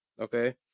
okay